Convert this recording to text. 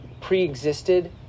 pre-existed